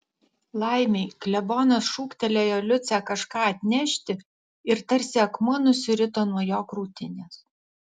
laimei klebonas šūktelėjo liucę kažką atnešti ir tarsi akmuo nusirito nuo jo krūtinės